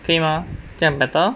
可以吗这样 better